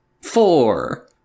Four